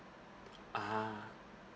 ah